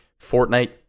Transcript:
Fortnite